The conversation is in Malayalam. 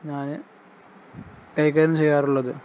ഞാൻ കൈകാര്യം ചെയ്യാറുള്ളത്